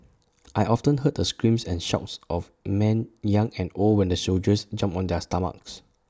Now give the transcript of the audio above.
I often heard the screams and shouts of men young and old when the soldiers jumped on their stomachs